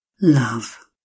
love